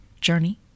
journey